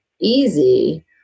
easy